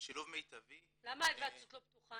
שילוב מיטבי --- למה ההיוועצות לא פתוחה,